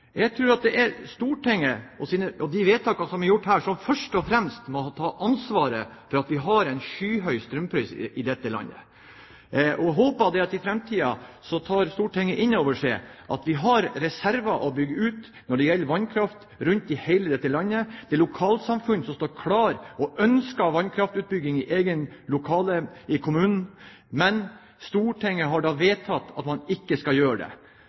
Jeg tror at det er Stortinget og de vedtakene som er gjort her, som først og fremst må ta ansvaret for at vi har en skyhøy strømpris i dette landet. Jeg håper at i framtiden tar Stortinget inn over seg at vi har reserver å bygge ut når det gjelder vannkraft i hele dette landet. Det er lokalsamfunn som står klar og ønsker vannkraftutbygging i egen kommune. Men Stortinget har vedtatt at man ikke skal gjøre det.